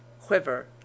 quiver